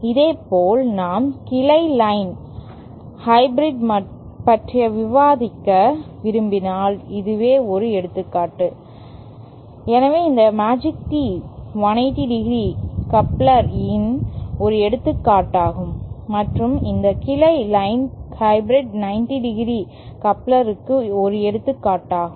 இதேபோல் நாம் கிளை லைன் ஹைபிரிட் பற்றி விவாதிக்க விரும்பினால் அதுவே ஒரு எடுத்துக்காட்டு எனவே இந்த மேஜிக் Tee 180 ° கப்ளர் இன் ஒரு எடுத்துக்காட்டாகும் மற்றும் இந்த கிளை லைன் ஹைபிரிட் 90 ° கப்ளருக்கு ஒரு எடுத்துக்காட்டாகும்